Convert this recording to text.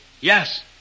Yes